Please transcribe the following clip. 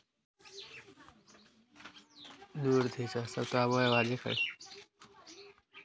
इश्कुल मे पढे ले लोन हम सब के मिली?